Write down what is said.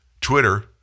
Twitter